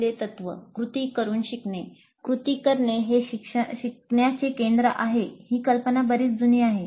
पहिले तत्व "कृती करून शिकणे" कृती करणे हे शिकण्याचे केंद्र आहे ही कल्पना बरीच जुनी आहे